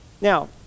Now